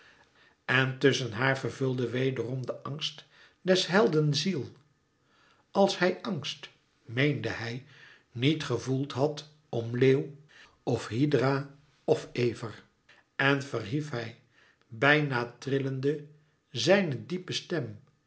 en tusschen haar vervulde wederom de angst des helden ziel als hij angst meende hij niet gevoeld had om leeuw of hydra of ever en verhief hij bijna trillende zijn diepe stem